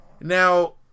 Now